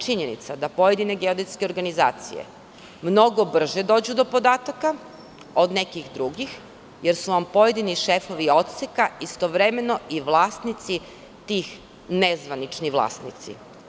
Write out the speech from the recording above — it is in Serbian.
Činjenica je da pojedine geodetske organizacije mnogo brže dođu do podataka od nekih drugih jer su pojedini šefovi odseka istovremeno i vlasnici tih, nezvanični vlasnici.